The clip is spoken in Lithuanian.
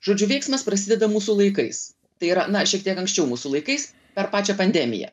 žodžiu veiksmas prasideda mūsų laikais tai yra na šiek tiek anksčiau mūsų laikais per pačią pandemiją